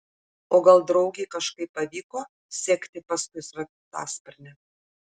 o gal draugei kažkaip pavyko sekti paskui sraigtasparnį